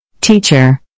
Teacher